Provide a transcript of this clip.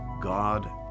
God